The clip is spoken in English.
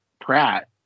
Pratt